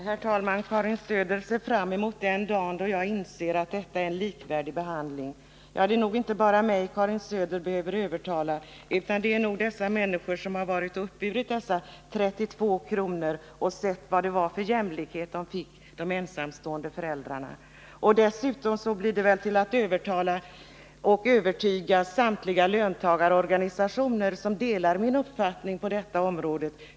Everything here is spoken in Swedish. Herr talman! Karin Söder ser fram emot den dag då jag inser att förslaget i proposition 76 innebär en jämlik behandling av dem som vårdar barn. Det är noginte bara mig Karin Söder behöver övertala, utan också de ensamstående föräldrar som uppburit dessa 32 kr. och som sett vad det var för jämlikhet de fick. Dessutom blir det till att övertala och övertyga samtliga löntagarorganisationer, som delar min uppfattning på detta område.